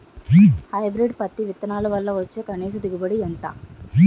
Hybrid పత్తి విత్తనాలు వల్ల వచ్చే కనీస దిగుబడి ఎంత?